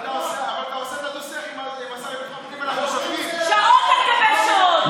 אבל אתה עושה, שעות על גבי שעות, קריית שמונה.